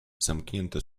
zamknięte